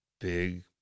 big